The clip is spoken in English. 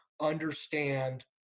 understand